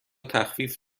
تخفیف